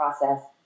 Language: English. process